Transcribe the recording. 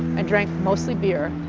and drank mostly beer,